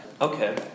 Okay